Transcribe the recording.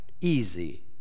easy